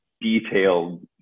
detailed